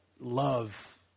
love